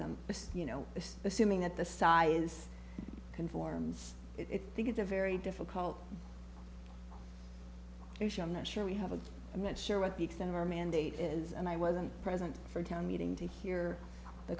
but you know assuming that the size conforms it think it's a very difficult issue i'm not sure we have a i'm not sure what the extent of our mandate is and i wasn't present for a town meeting to hear the